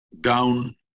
down